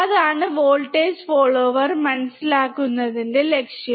അതാണ് voltage follower മനസ്സിലാക്കുന്നതിന്റെ ലക്ഷ്യം